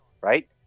right